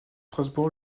strasbourg